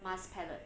Mars palette